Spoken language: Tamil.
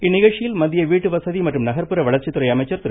இந்நிகழ்ச்சியில் மத்திய வீட்டுவசதி மற்றும் நகர்ப்புற வளர்ச்சித் துறை அமைச்சர் திரு